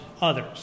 others